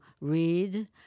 read